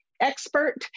Expert